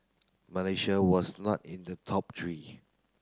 Malaysia was not in the top three